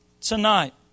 tonight